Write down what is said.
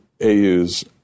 AU's